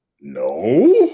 No